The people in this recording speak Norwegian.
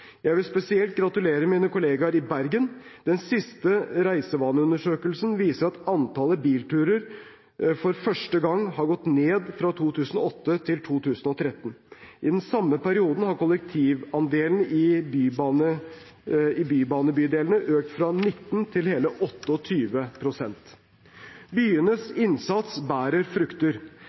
Jeg vil spesielt gratulere mine kolleger i Bergen. Den siste reisevaneundersøkelsen viser at antallet bilturer for første gang har gått ned fra 2008 til 2013. I den samme perioden har kollektivandelen i bybane-bydelene økt fra 19 til hele 28 pst. Byenes innsats bærer frukter.